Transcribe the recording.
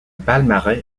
palmarès